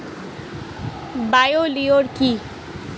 Bio লিওর কি?